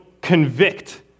convict